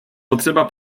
potřeba